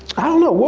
i don't know,